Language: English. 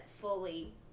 fully